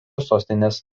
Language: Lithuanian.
sostinės